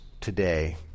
today